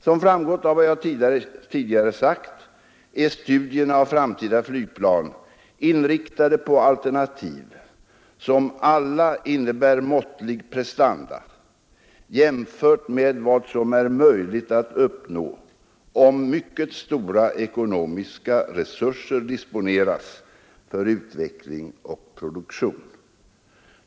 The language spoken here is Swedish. Som framgått av vad jag tidigare sagt är studierna av framtida flygplan inriktade på alternativ som alla innebär måttliga prestanda jämfört med vad som är möjligt att uppnå om mycket stora ekonomiska resurser disponeras för utveckling och produktion.